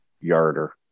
yarder